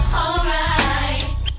alright